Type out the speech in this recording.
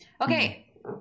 Okay